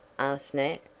asked nat.